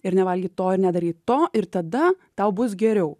ir nevalgyt to nedaryt to ir tada tau bus geriau